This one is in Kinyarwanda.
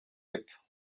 epfo